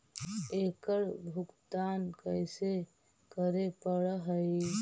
एकड़ भुगतान कैसे करे पड़हई?